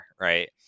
right